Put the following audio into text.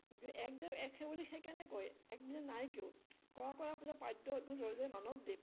গতিকে এক দেৱ এক সেৱ বুলি সেইকাৰণে কয় এক বিনে নাই কেও কৰা কৰা পূজা মানৱ দেৱ